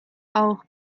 auch